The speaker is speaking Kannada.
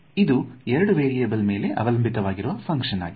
ಇದು ಎರಡು ವೇರಿಯೆಬಲ್ ಮೇಲೆ ಅವಲಂಬಿತವಾಗಿರುವ ಫ್ಹಂಕ್ಷನ್ ಆಗಿದೆ